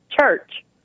church